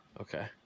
Okay